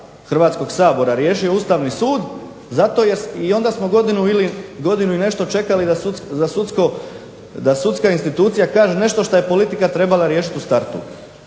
Hrvatskog sabora riješio Ustavni sud. I onda smo godinu ili godinu i nešto čekali da sudska institucija kaže nešto šta je politika trebala riješiti u startu